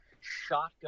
shotgun